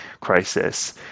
crisis